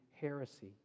heresy